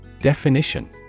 Definition